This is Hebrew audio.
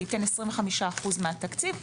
זה יתן 25 אחוז מהתקציב,